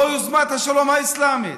לא יוזמת השלום האסלאמית,